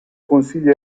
consigli